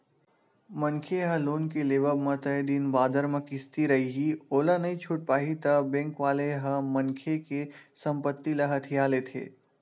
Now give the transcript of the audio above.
मनखे ह लोन के लेवब म तय दिन बादर म किस्ती रइही ओला नइ छूट पाही ता बेंक वाले ह मनखे के संपत्ति ल हथिया लेथे